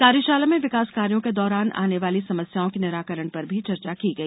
कार्यषाला में विकास कार्यों के दौरान आने वाली समस्याओं के निराकरण पर भी चर्चा की गई